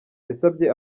yasabye